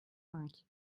cinq